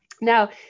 Now